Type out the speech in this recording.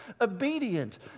Obedient